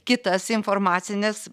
kitas informacines